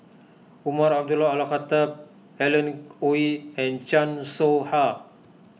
Umar Abdullah Al Khatib Alan Oei and Chan Soh Ha